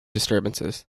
disturbances